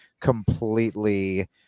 completely